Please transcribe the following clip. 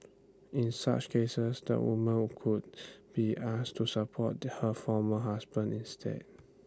in such cases the woman could be asked to support her former husband instead